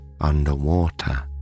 underwater